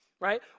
Right